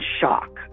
shock